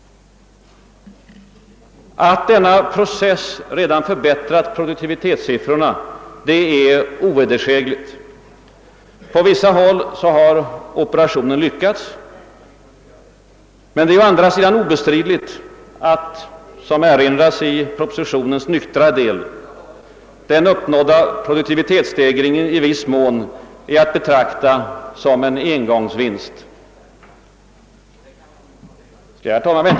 Att denna process redan förbättrat produktivitetssiffrorna är ovedersägligt. På vissa håll har operationen lyckats. Men det är å andra sidan obestridligt att, såsom erinras i propositionens »nyktra» del, den uppnådda produktivitetsstegringen i viss mån är att betrakta som en engångsvinst.